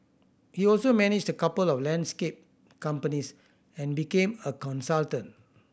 he also managed the couple of landscape companies and became a consultant